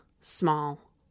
small